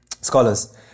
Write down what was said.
scholars